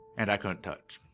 and i couldn't touch,